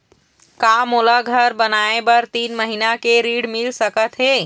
का मोला घर बनाए बर तीन महीना के लिए ऋण मिल सकत हे?